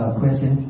question